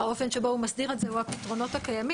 האופן שבו הוא מסדיר את זה או הפתרונות הקיימים,